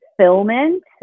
fulfillment